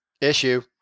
issue